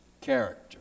Character